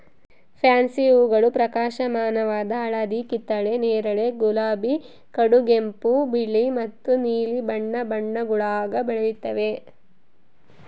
fancy ಹೂಗಳು ಪ್ರಕಾಶಮಾನವಾದ ಹಳದಿ ಕಿತ್ತಳೆ ನೇರಳೆ ಗುಲಾಬಿ ಕಡುಗೆಂಪು ಬಿಳಿ ಮತ್ತು ನೀಲಿ ಬಣ್ಣ ಬಣ್ಣಗುಳಾಗ ಬೆಳೆಯುತ್ತವೆ